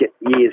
years